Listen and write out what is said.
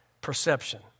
perception